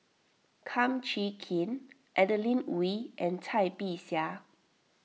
Kum Chee Kin Adeline Ooi and Cai Bixia